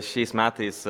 šiais metais